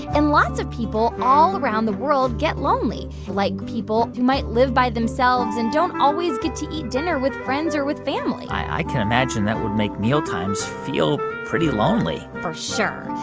and lots of people all around the world get lonely, like people who might live by themselves and don't always get to eat dinner with friends or with family i can imagine that would make mealtimes feel pretty lonely for sure.